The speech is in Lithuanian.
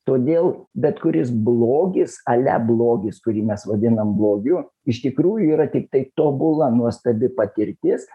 todėl bet kuris blogis ale blogis kurį mes vadinam blogiu iš tikrųjų yra tiktai tobula nuostabi patirtis